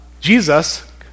Jesus